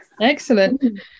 Excellent